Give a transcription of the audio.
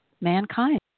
mankind